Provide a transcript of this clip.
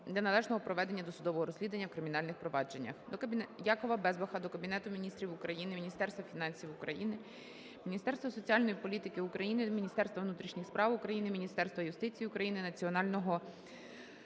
для належного проведення досудового розслідування у кримінальних провадженнях. Якова Безбаха до Кабінету Міністрів України, Міністерства фінансів України, Міністерства соціальної політики України, Міністерства внутрішніх справ України, Міністерства юстиції України, Національного